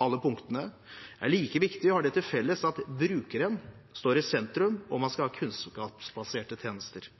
Alle punktene er like viktige og har det til felles at brukeren står i sentrum, og at man skal ha kunnskapsbaserte tjenester.